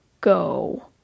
go